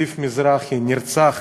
זיו מזרחי, נרצח